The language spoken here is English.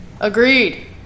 Agreed